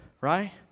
right